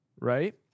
right